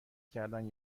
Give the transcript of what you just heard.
کردن